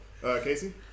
Casey